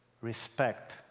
respect